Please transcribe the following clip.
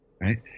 right